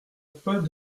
pas